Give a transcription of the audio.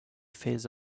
phase